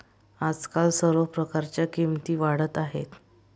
आजकाल सर्व प्रकारच्या किमती वाढत आहेत